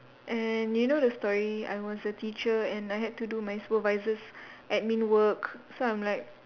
and you know the story I was a teacher and I had to do my supervisor's admin work so I'm like